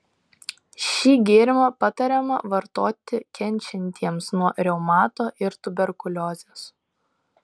šį gėrimą patariama vartoti kenčiantiesiems nuo reumato ir tuberkuliozės